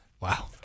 Wow